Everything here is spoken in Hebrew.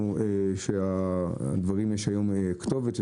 שלדברים יש היום כתובת,